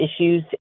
issues